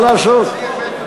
מה לעשות.